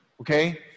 okay